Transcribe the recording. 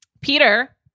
Peter